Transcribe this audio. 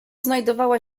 znajdowała